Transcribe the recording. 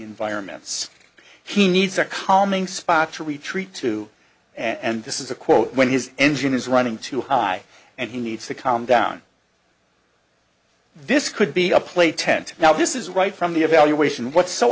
environments he needs a calming spot to retreat to and this is a quote when his engine is running too high and he needs to calm down this could be a play tent now this is right from the evaluation what's so